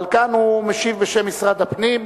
אבל כאן הוא משיב בשם משרד הפנים,